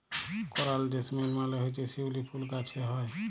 করাল জেসমিল মালে হছে শিউলি ফুল গাহাছে হ্যয়